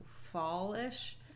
fall-ish